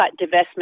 divestment